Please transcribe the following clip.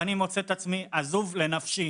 ואני מוצא את עצמי עזוב לנפשי.